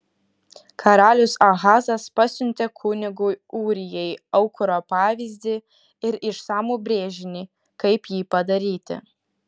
karalius ahazas pasiuntė kunigui ūrijai aukuro pavyzdį ir išsamų brėžinį kaip jį padaryti